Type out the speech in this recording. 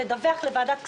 ולדווח לוועדת הכספים.